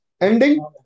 ending